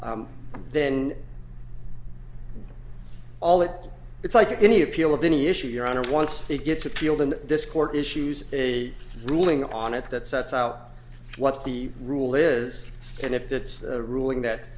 and then all that it's like any appeal of any issue your honor once it gets appealed in this court issues a ruling on it that sets out what the rule is and if that's a ruling that